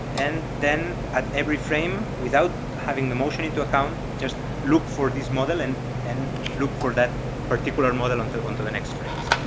and then at every frame, without having the motion into account, just look for these model and and look for that particular model on to and the next frames.